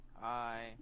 Hi